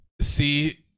see